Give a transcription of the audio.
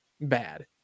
bad